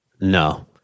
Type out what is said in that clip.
No